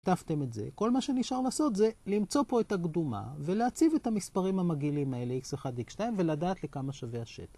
כתבתם את זה, כל מה שנשאר לעשות זה למצוא פה את הקדומה ולהציב את המספרים המגעילים האלה x1 x2 ולדעת לכמה שווה השטח.